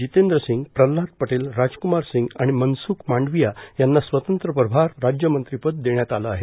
जितेंद्र सिंग प्रल्हाद पटेल राजकुमार सिंग आणि मनसुख मांडविया यांना स्वतंत्र प्रभार राज्यमंत्रीपद देण्यात आलं आहे